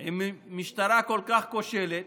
אם המשטרה כל כך כושלת.